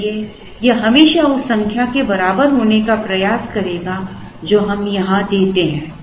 इसलिए यह हमेशा उस संख्या के बराबर होने का प्रयास करेगा जो हम यहां देते हैं